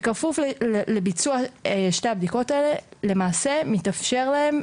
בכפוף לביצוע שתי הבדיקות האלה למעשה מתאפשר להם